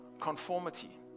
conformity